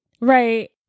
Right